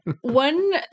One